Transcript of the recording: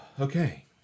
Okay